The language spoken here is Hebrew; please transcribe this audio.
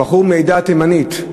הבחור מהעדה התימנית.